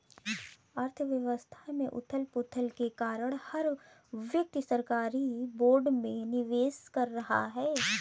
अर्थव्यवस्था में उथल पुथल के कारण हर व्यक्ति सरकारी बोर्ड में निवेश कर रहा है